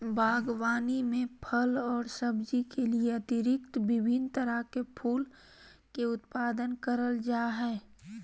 बागवानी में फल और सब्जी के अतिरिक्त विभिन्न तरह के फूल के उत्पादन करल जा हइ